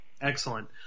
Excellent